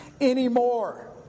anymore